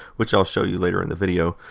which i'll show you later in the video.